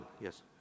yes